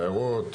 סיירות,